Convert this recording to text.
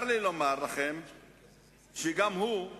אני רוצה לומר שגם עקרת-בית,